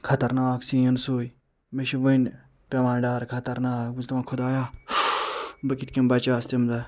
خطرناک سیٖن سُے مےٚ چھِ وٕنہِ پٮ۪وان ڈَر خطرناک بہٕ چھُس دپان خدایا بہٕ کِتھ کٔنۍ بچاس تَمہِ دۄہ